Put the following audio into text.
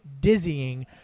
dizzying